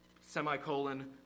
semicolon